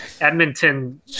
Edmonton